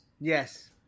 yes